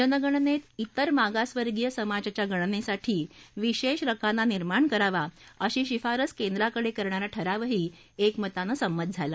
जनगणनेत विर मागासवर्गीय समाजाच्या गणनेसाठी विशेष रकाना निर्माण करावा अशी शिफारस केंद्राकडे करणारा ठरावही एकमतानं संमत झाला